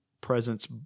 presence